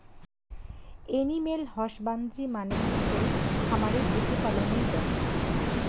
animal husbandry মানে হসে খামারে পশু পালনের ব্যপছা